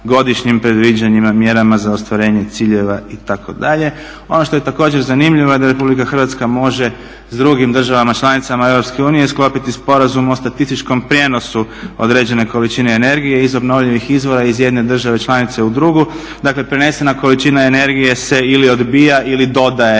godišnjem predviđanju, mjerama za ostvarenje ciljeva itd. Ono što je također zanimljivo da RH može s drugim državama članicama EU sklopiti sporazum o statističkom prijenosu određene količine energije iz obnovljivih izvora iz jedne države članice u drugu. Dakle prenesena količina energije se ili odbija ili dodaje